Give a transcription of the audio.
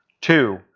Two